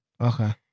okay